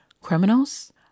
criminals